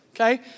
okay